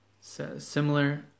similar